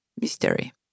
Mystery